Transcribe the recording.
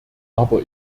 aber